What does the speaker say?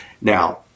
Now